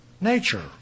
nature